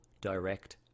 direct